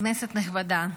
כנסת נכבדה.